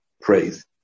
praise